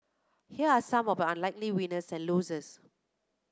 here are some of unlikely winners and losers